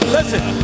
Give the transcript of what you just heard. Listen